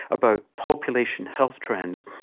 about population health trends,